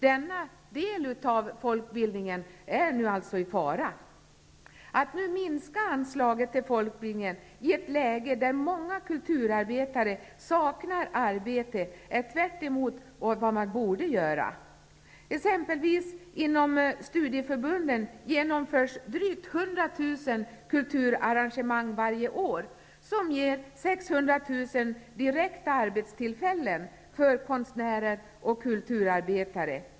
Denna del av folkbildningen är nu alltså i fara. Att nu minska anslaget till folkbildningen, i ett läge där många kulturarbetare saknar arbete, är tvärtemot vad man borde göra. Inom studieförbunden genomförs exempelvis varje år drygt 100 000 kulturarrangemang, som ger 600 000 direkta arbetstillfällen för konstnärer och kulturarbetare.